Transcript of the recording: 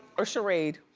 or charade.